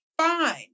Fine